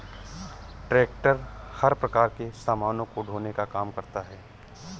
tractor हर प्रकार के सामानों को ढोने का काम करता है